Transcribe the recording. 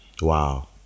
Wow